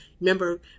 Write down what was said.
Remember